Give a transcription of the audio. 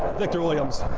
victor williams,